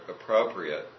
appropriate